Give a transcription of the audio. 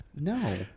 No